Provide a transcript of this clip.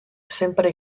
sempre